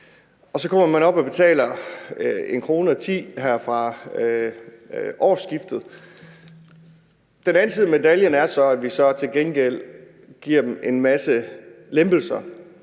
så kommer man op og betaler 1,10 kr. her fra årsskiftet. Den anden side af medaljen er så, at vi til gengæld giver dem en masse lempelser.